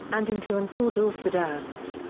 and in two and four door sedans.